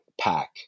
pack